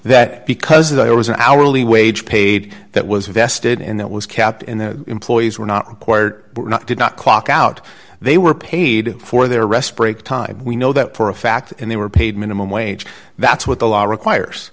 that because there was an hourly wage paid that was vested in that was kept in the employees were not required were not did not clock out they were paid for their rest break time we know that for a fact and they were paid minimum wage that's what the law requires